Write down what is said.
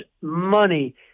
money